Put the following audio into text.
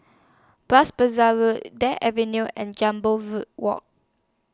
Bras Basah Road Drake Avenue and Jambol Road Walk